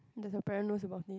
there's a brand knows about it